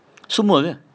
semua ke